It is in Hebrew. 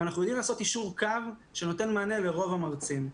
אנחנו יודעים לעשות יישור קו שנותן מענה לרוב המרצים.